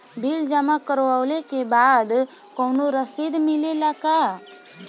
Bill जमा करवले के बाद कौनो रसिद मिले ला का?